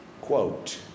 Quote